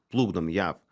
plukdom į jav